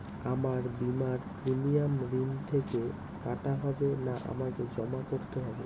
আমার বিমার প্রিমিয়াম ঋণ থেকে কাটা হবে না আমাকে জমা করতে হবে?